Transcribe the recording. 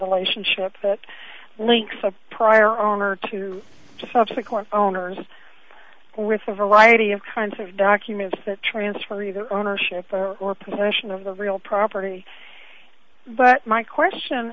lotion shop that links a prior owner to subsequent owners with a variety of kinds of documents that transfer either ownership or possession of the real property but my question